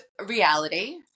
reality